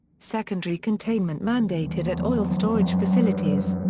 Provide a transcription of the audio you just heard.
secondary containment mandated at oil storage facilities.